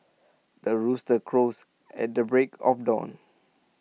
the rooster crows at the break of dawn